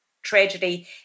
tragedy